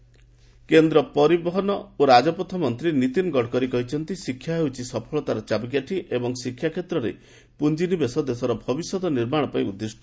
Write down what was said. Gadkari education କେନ୍ଦ୍ର ପରିବହନ ଓ ରାଜପଥ ମନ୍ତ୍ରୀ ନୀତିନ ଗଡ଼କରୀ କହିଛନ୍ତି ଶିକ୍ଷା ହେଉଛି ସଫଳତାର ଚାବିକାଠି ଏବଂ ଶିକ୍ଷା କ୍ଷେତ୍ରରେ ପୁଞ୍ଜିନିବେଶ ଦେଶର ଭବିଷ୍ୟତ ନିର୍ମାଣ ପାଇଁ ଉଦ୍ଦିଷ୍ଟ